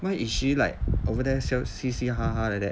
what is she like over there 嘻嘻哈哈 like that